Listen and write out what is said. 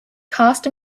cast